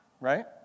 right